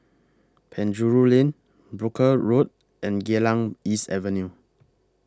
Penjuru Lane Brooke Road and Geylang East Avenue